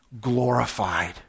glorified